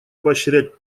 поощрять